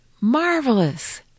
Marvelous